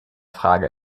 frage